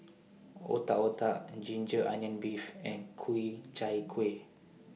Otak Otak Ginger Onion Beef and Ku Chai Kuih